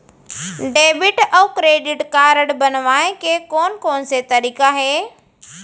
Debit अऊ credit card बनवाए के कोन कोन से तरीका हे?